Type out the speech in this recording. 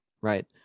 right